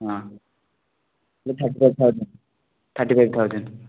ହଁ thirty five thousand thirty five thousand